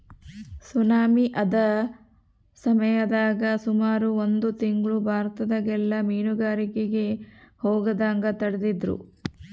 tsunami ಆದ ಸಮಯದಾಗ ಸುಮಾರು ಒಂದು ತಿಂಗ್ಳು ಭಾರತದಗೆಲ್ಲ ಮೀನುಗಾರಿಕೆಗೆ ಹೋಗದಂಗ ತಡೆದಿದ್ರು